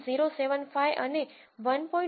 075 અને 1